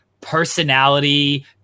personality